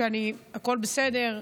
הכול בסדר,